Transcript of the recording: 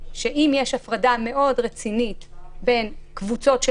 שאם יש הפרדה מאוד רצינית בין קבוצות של